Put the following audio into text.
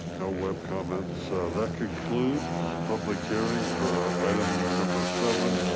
no web comments? that concludes public hearing for item number seven.